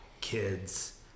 kids